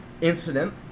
incident